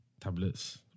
tablets